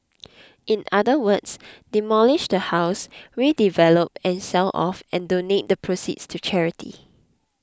in other words demolish the house redevelop and sell off and donate the proceeds to charity